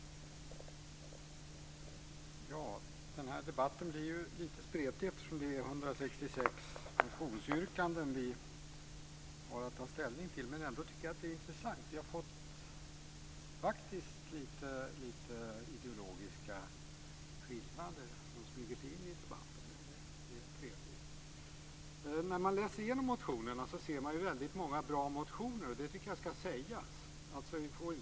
Herr talman! Den här debatten blir lite spretig, eftersom det är 166 motionsyrkanden vi har att ta ställning till, men jag tycker ändå att den är intressant. Vi har faktiskt fått lite ideologiska skillnader som smugit sig in i debatten. Det är trevligt. När man läser igenom motionerna ser man att det är väldigt många bra motioner. Det tycker jag skall sägas.